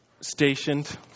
stationed